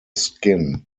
skin